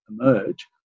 emerge